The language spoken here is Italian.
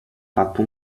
fatto